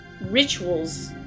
rituals